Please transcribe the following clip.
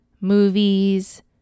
movies